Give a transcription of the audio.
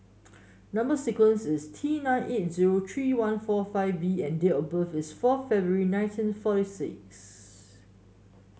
number sequence is T nine eight zero three one four five V and date of birth is four February nineteen forty six